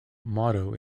motto